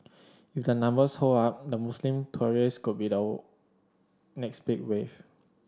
if the numbers hold up the Muslim tourist could be the next big wave